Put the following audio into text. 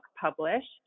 published